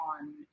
on